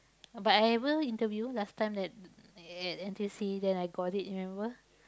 but I ever interview last time at at N_T_U_C then I got it remember